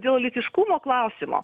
dėl lytiškumo klausimo